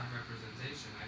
representation